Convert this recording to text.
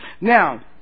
Now